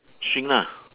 shrink lah